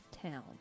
town